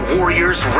Warriors